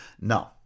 No